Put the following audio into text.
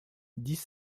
dix